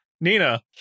Nina